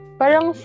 parang